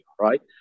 right